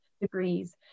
degrees